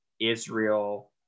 Israel